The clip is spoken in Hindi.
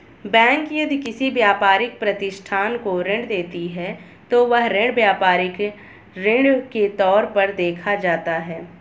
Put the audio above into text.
बैंक यदि किसी व्यापारिक प्रतिष्ठान को ऋण देती है तो वह ऋण व्यापारिक ऋण के तौर पर देखा जाता है